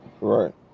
Right